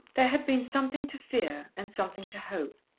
there had been something to fear and something to hope.